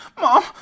Mom